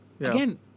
Again